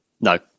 No